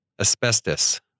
Asbestos